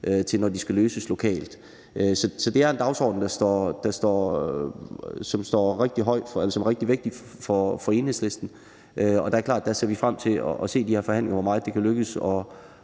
ud, når det skal løses lokalt. Så det er en dagsorden, der er rigtig vigtig for Enhedslisten. Og det er klart, at der ser vi frem til at se i de her forhandlinger, hvor meget det kan lykkes